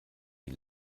die